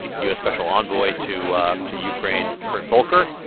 the u s. special envoy to ah to ukraine, kurt volker,